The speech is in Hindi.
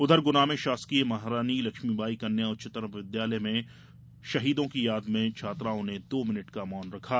उधर ग्ना में शासकीय महारानी लक्ष्मीबाई कन्या उच्चतर विद्यालय में शहीदों की याद में छात्राओं ने दो मिनट का मौन रखा